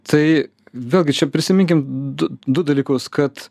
tai vėlgi čia prisiminkim du du dalykus kad